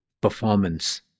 performance